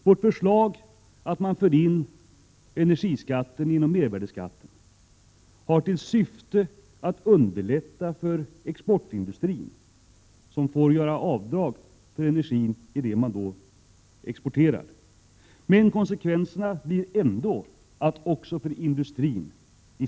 Vårt förslag att man för in energiskatten inom mervärdeskatten har till syfte att underlätta för exportindustrin, men konsekvenserna blir även när man gör detta att energipriserna sammantaget blir högre också för industrin.